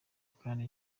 kandi